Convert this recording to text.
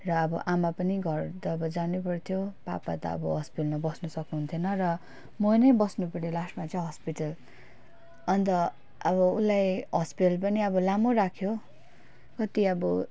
र अब आमा पनि घर त अब जानै पर्थ्यो पापा त अब हस्पिटलमा बस्नु सक्नु हुन्थेन र मै नै बस्नु पऱ्यो लास्टमा चाहिँ हस्पिटल अन्त अब उसलाई हस्पिटल पनि अब लामो राख्यो कति अब